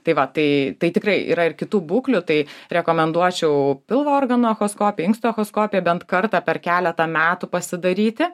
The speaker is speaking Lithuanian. tai va tai tai tikrai yra ir kitų būklių tai rekomenduočiau pilvo organų echoskopiją inkstų echoskopiją bent kartą per keletą metų pasidaryti